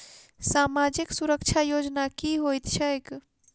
सामाजिक सुरक्षा योजना की होइत छैक?